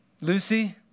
Lucy